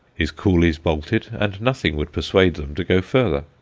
his coolies bolted, and nothing would persuade them to go further.